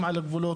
גם על הגבולות,